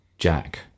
Jack